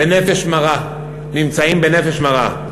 "בנפש מרה", נמצאים בנפש מרה.